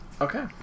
Okay